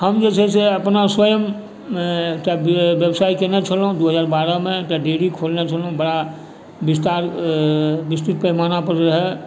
हम जे छै से अपना स्वयं एकटा व्यवसाय कयने छलहुँ दू हजार बारहमे एकटा डेयरी खोलने छलहुँ बड़ा विस्तार विस्तृत पैमानापर रहै